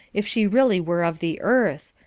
if she really were of the earth,